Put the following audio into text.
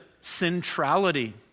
centrality